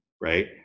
right